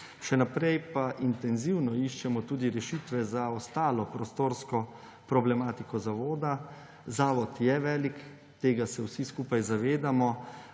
Še naprej pa intenzivno iščemo tudi rešitve za ostalo prostorsko problematiko zavoda. Zavod je velik, tega se vsi skupaj zavedamo.